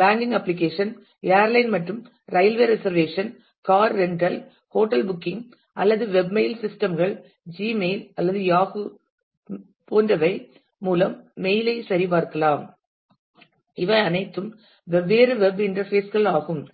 banking application airline மற்றும் railway reservation car rental hotel booking அல்லது web mail system கள் Gmail அல்லது யாகூவில் போன்றவை மூலம் மெயில் ஐ சரி பார்க்கலாம் இவை அனைத்தும் வெவ்வேறு வெப் இன்டர்பேஸ் கள் ஆகும்